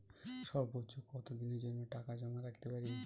সর্বোচ্চ কত দিনের জন্য টাকা জমা রাখতে পারি?